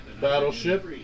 battleship